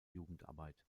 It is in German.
jugendarbeit